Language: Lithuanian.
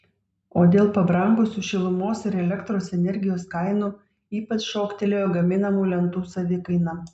o dėl pabrangusių šilumos ir elektros energijos kainų ypač šoktelėjo gaminamų lentų savikaina